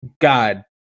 God